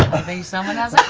think someone has a